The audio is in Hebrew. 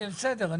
בסדר,